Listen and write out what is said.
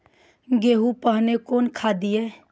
गेहूँ पहने कौन खाद दिए?